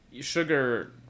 sugar